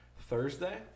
Thursday